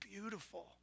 beautiful